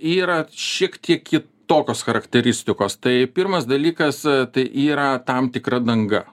yra šiek tiek kitokios charakteristikos tai pirmas dalykas tai yra tam tikra danga